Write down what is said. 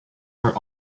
are